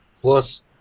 Plus